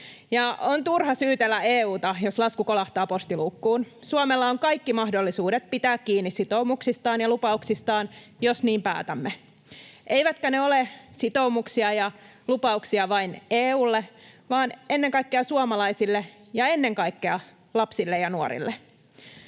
On turha syytellä EU:ta, jos lasku kolahtaa postiluukkuun. Suomella on kaikki mahdollisuudet pitää kiinni sitoumuksistaan ja lupauksistaan, jos niin päätämme. Eivätkä ne ole sitoumuksia ja lupauksia vain EU:lle vaan ennen kaikkea suomalaisille ja ennen kaikkea lapsille ja nuorille.